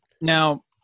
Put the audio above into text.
Now